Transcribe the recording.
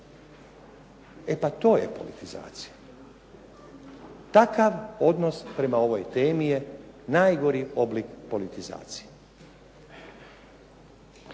E pa to je politizacija. Takav odnos prema ovoj temi je najgori oblik politizacije.